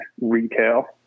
retail